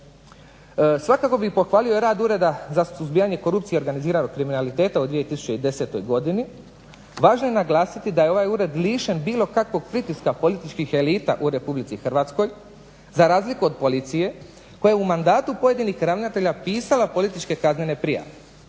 Svakako bih pohvalio rad Ureda za suzbijanje korupcije i organiziranog kriminaliteta u 2010. godini. Važno je naglasiti da je ovaj ured lišen bilo kakvih pritiska političkih elita u RH za razliku od policije koja u mandatu pojedinih ravnatelja pisala političke kaznene prijave.